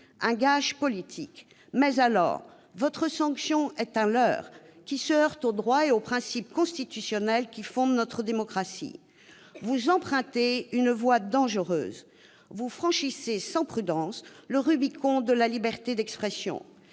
un gage politique ? Dans ce cas, votre sanction est un leurre, qui se heurte au droit et aux principes constitutionnels qui fondent notre démocratie. Vous empruntez une voie dangereuse ; vous franchissez sans prudence le Rubicon de la liberté d'expression.